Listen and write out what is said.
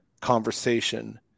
conversation